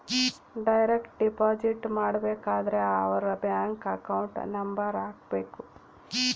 direct deposit ಮಾಡಬೇಕಾದರೆ ಅವರ್ bank account number ಹಾಕ್ಬೆಕು